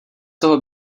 toho